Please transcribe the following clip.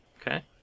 Okay